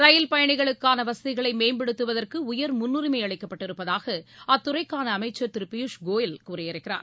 ரயில் பயணிகளுக்கான வசதிகளை மேம்படுத்துவதற்கு உயர் முன்னுரிமை அளிக்கப்பட்டிருப்பதாக அத்துறைக்கான அமைச்சர் திரு பியூஷ் கோயல் கூறியிருக்கிறார்